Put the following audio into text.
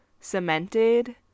cemented